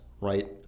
right